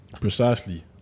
Precisely